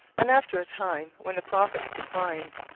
and, after a time, when the profits declined,